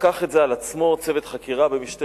לקח את זה על עצמו צוות חקירה במשטרת